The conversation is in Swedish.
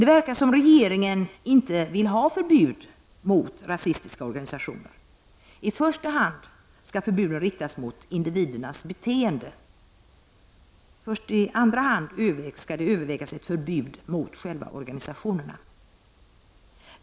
Det verkar som om regeringen inte vill ha förbud mot rasistiska organisationer. I första hand skall förbudet riktas mot individernas beteende. Först i andra hand övervägs ett förbud mot själva organisationerna.